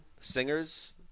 singers